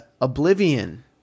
Oblivion